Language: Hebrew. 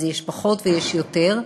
יש פחות ויש יותר,